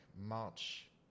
March